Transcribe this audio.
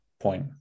point